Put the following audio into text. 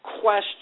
question